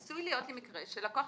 עשוי להיות לי מקרה שלקוח,